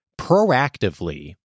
proactively